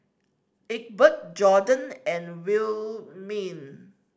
Egbert Jorden and Wilhelmine